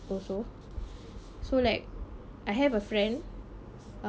also so like I have a friend uh